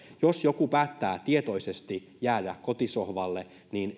jos joku päättää tietoisesti jäädä kotisohvalle